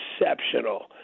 exceptional